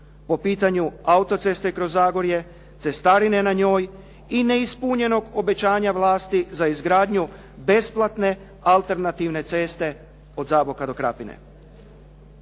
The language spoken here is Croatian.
po pitanju autoceste kroz Zagorje, cestarine na njoj i neispunjenog obećanja vlasti za izgradnju besplatne alternativne ceste od Zaboka do Krapine.